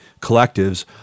collectives